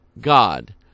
God